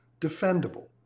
defendable